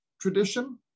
tradition